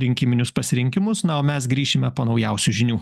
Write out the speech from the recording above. rinkiminius pasirinkimus na o mes grįšime po naujausių žinių